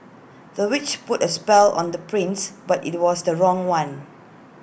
the witch put A spell on the prince but IT was the wrong one